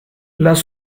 las